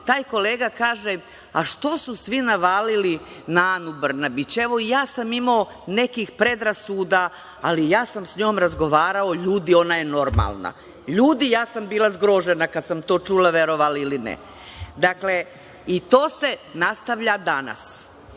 kolega kaže – što su svi navalili na Anu Brnabić, evo, i ja sam imao nekih predrasuda, ali ja sam sa njom razgovarao, ljudi, ona ja normalna. LJudi, ja sam bila zgrožena kad sam to čula, verovali ili ne. Dakle, i to se nastavlja danas.